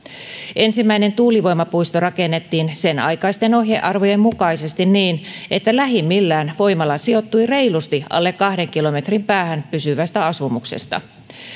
ensimmäinen tuulivoimapuisto rakennettiin senaikaisten ohjearvojen mukaisesti niin että lähimmillään voimala sijoittui reilusti alle kahden kilometrin päähän pysyvästä asumuksesta